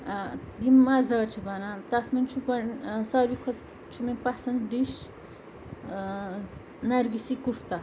یِم مَزٕدار چھِ بَنان تَتھ منٛز چھُ گۄڈٕ ساروی کھۄتہٕ چھُ مےٚ پَسنٛد ڈِش نَرگسی کُفتہ